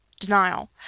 denial